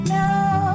now